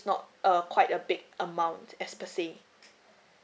not err quite a big amount as per say